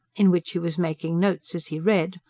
in which he was making notes as he read,